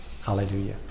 Hallelujah